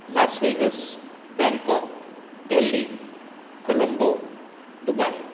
Las Vegas Bangkok Delhi Colombo Dubai